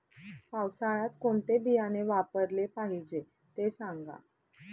पावसाळ्यात कोणते बियाणे वापरले पाहिजे ते सांगा